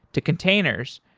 to containers,